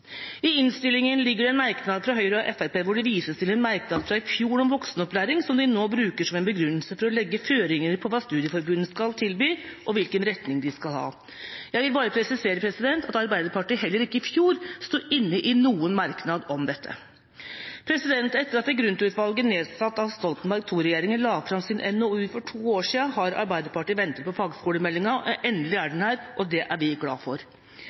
I innstillinga ligger det en merknad fra Høyre og Fremskrittspartiet hvor det vises til en merknad fra i fjor om voksenopplæring, som de nå bruker som en begrunnelse for å legge føringer for hva studieforbundene skal tilby, og hvilken retning de skal ha. Jeg vil bare presisere at Arbeiderpartiet heller ikke i fjor var med på noen merknad om dette. Etter at Grund-utvalget, nedsatt av Stoltenberg II-regjeringa, la fram sin NOU for to år siden, har Arbeiderpartiet ventet på fagskolemeldinga. Endelig er den her, og det er vi glad for.